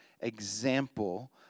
example